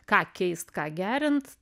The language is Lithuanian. ką keist ką gerint